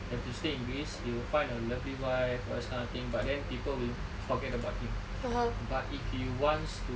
have to stay in greece they will find a lovely wife you know this kind of thing but then people will forget about him but if he wants to